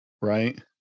right